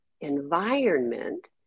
environment